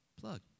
plug